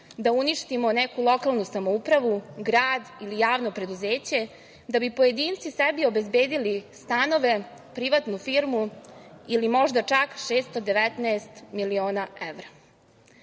da uništimo neku lokalnu samoupravu, grad ili javno preduzeće da bi pojedinci sebi obezbedili stanove, privatnu firmu ili možda čak 619 miliona evra? Mi